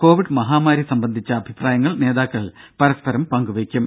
Covid മഹാമാരി സംബന്ധിച്ച അഭിപ്രായങ്ങൾ നേതാക്കൾ പരസ്പരം പങ്കുവെയ്ക്കും